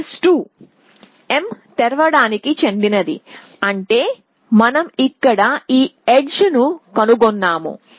case 2 m తెరవడానికి చెందినది అంటే మనం ఇక్కడ ఈ ఎడ్జ్ ని కనుగొన్నాము